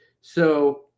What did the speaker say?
So-